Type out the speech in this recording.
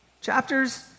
Chapters